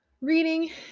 reading